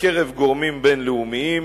מקרב גורמים בין-לאומיים,